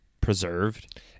preserved